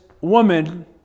woman